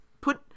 put